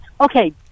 Okay